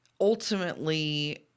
ultimately